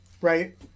Right